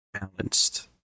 balanced